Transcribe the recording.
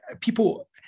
people